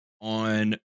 on